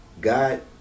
God